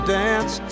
dance